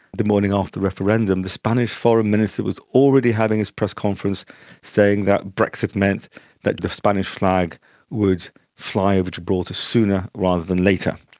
the morning after the referendum, the spanish foreign minister was already having his press conference saying that brexit meant that the spanish flag would fly over gibraltar sooner rather than later.